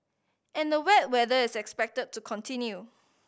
and the wet weather is expected to continue